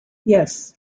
yes